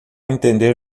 entender